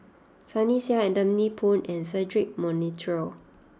Sunny Sia Anthony Poon and Cedric Monteiro